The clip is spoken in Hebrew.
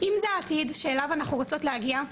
האם זה העתיד שאליו אנחנו רוצות להגיע,